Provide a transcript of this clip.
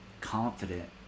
confident